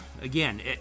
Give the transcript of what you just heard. again